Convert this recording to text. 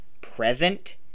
present